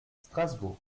strasbourg